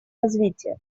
развития